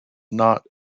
not